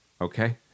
Okay